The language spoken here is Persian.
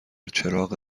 چراغ